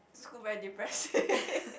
school very depressing